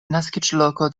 naskiĝloko